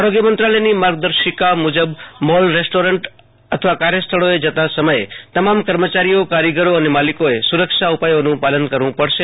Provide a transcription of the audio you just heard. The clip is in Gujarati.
આરોગ્ય મંત્રાલયની માર્ગદર્શિકાત મુજબ મોલ રેસ્ટોરન્ટ અથવા કાર્યસ્થળોમાં જતાં સમયે તમામ કર્મચારીઓકારીગરો અને માલિકોએ સુરક્ષા ઉપાયોનું પાલન કરવું પડશે